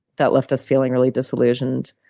that left us feeling really disillusioned.